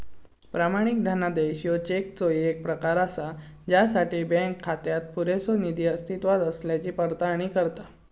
प्रमाणित धनादेश ह्यो चेकचो येक प्रकार असा ज्यासाठी बँक खात्यात पुरेसो निधी अस्तित्वात असल्याची पडताळणी करता